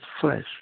flesh